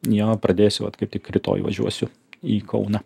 jo pradėsiu vat kaip tik rytoj važiuosiu į kauną